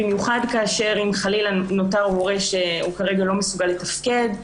במיוחד כאשר חלילה נותר הורה שכרגע לא מסוגל לתפקד,